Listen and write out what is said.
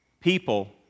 People